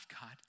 God